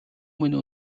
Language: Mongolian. минь